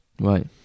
Right